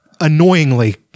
annoyingly